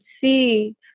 see